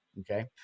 Okay